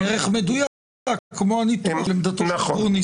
אין ערך מדויק כמו הניתוח של עמדתו של גרוניס.